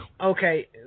Okay